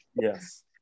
Yes